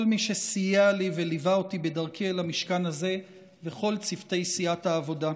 כל מי שסייע לי וליווה אותי בדרכי אל המשכן הזה וכל צוותי סיעת העבודה,